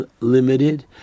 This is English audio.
unlimited